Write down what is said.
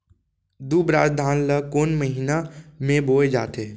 दुबराज धान ला कोन महीना में बोये जाथे?